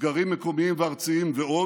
סגרים מקומיים וארציים ועוד,